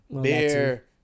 Beer